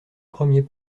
premier